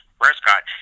Prescott